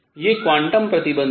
ये क्वांटम प्रतिबन्ध हैं